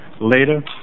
Later